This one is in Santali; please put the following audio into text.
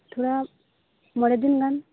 ᱛᱷᱚᱲᱟ ᱢᱚᱬᱮ ᱫᱤᱱ ᱜᱟᱱ